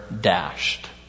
dashed